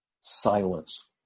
silence